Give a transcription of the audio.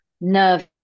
nervous